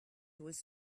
was